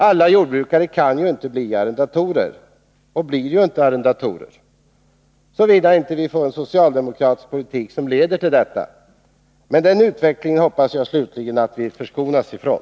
Alla jordbrukare blir ju inte och kan inte bli arrendatorer — såvida det inte förs en socialdemokratisk politik som leder till detta. Men den utvecklingen hoppas jag verkligen att vi förskonas från.